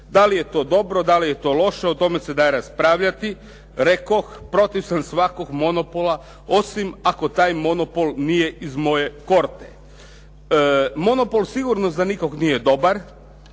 Da li je to dobro, da li je to loše o tome se da raspravljati. Rekoh, protiv sam svakog monopola osim ako taj monopol nije iz moje horte. Monopol sigurno za nikoga nije dobar,